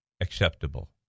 acceptable